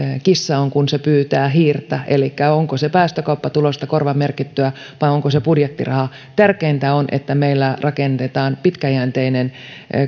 kissa on kun se pyytää hiirtä elikkä onko väliä onko se päästökauppatulosta korvamerkittyä vai onko se budjettirahaa tärkeintä on että meillä rakennetaan pitkäjänteinen